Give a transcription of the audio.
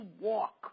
walk